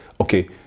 okay